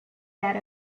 had